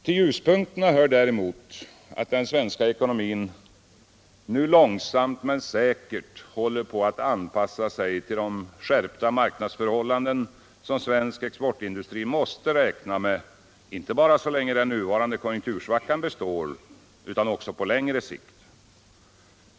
Till ljuspunkterna hör däremot att den svenska ekonomin nu långsamt men säkert håller på att anpassa sig till de skärpta marknadsförhållanden som svensk exportindustri måste räkna med, inte bara så länge den nuvarande konjunktursvackan består utan också på längre sikt.